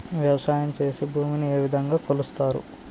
వ్యవసాయం చేసి భూమిని ఏ విధంగా కొలుస్తారు?